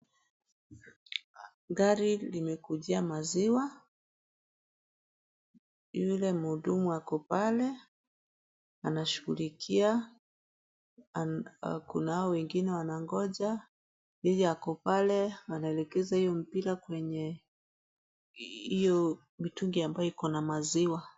Gari limekujia maziwa, yule mhudumu wa kupale, anashugulikia, kunao wengine wanangoja, yeye ako pale wanaelekeza hiyo mpira kwenye hiyo mitungi ambayo iko na maziwa.